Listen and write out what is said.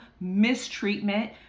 mistreatment